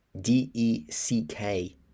D-E-C-K